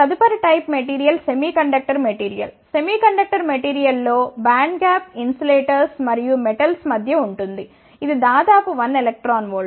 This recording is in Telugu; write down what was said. తదుపరి type material semiconductor material semiconductor material లో బ్యాండ్ గ్యాప్ ఇన్సులేటర్స్ మరియు మెటల్స్ మధ్య ఉంటుంది ఇది దాదాపు 1 eV